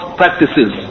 practices